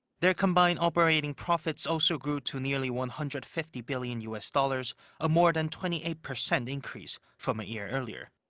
their combined operating profits also grew to nearly one hundred fifty billion u s. dollars a more than twenty eight percent increase from a year earlier.